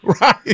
Right